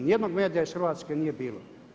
Ni jednog medija iz Hrvatske nije bilo.